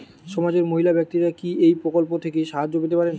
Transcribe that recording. সমাজের মহিলা ব্যাক্তিরা কি এই প্রকল্প থেকে সাহায্য পেতে পারেন?